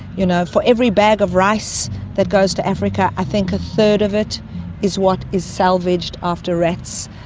you know, for every bag of rice that goes to africa, i think a third of it is what is salvaged after rats,